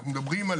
אנחנו מדברים על